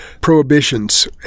prohibitions